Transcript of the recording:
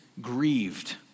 grieved